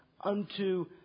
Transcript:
unto